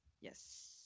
Yes